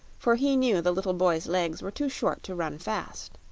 for he knew the little boy's legs were too short to run fast.